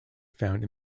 found